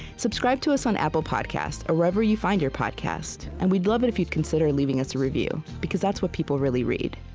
subscribe to us on apple podcasts or wherever you find your podcasts, and we'd love it if you'd consider leaving us a review, because that's what people really read.